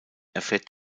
erfährt